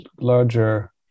larger